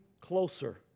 closer